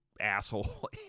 asshole